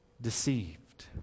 Deceived